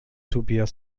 tobias